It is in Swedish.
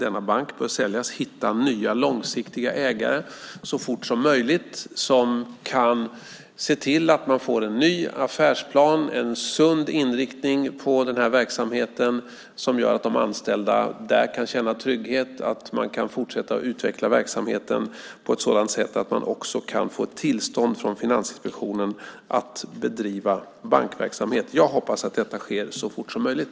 Man bör hitta nya långsiktiga ägare så fort som möjligt som kan se till att det blir en ny affärsplan och en sund inriktning på verksamheten som gör att de anställda där kan känna trygghet och att verksamheten kan fortsätta utvecklas på ett sådant sätt att man kan få tillstånd från Finansinspektionen att bedriva bankverksamhet. Jag hoppas att detta sker så fort som möjligt.